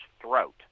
throat